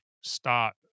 start